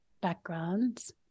backgrounds